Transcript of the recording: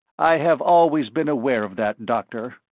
i have always been aware of that, doctor.